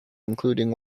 including